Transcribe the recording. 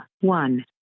one